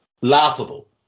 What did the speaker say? Laughable